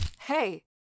Hey